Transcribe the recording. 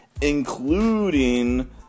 including